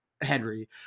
Henry